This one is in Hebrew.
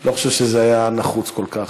לא חושב שזה היה נחוץ כל כך.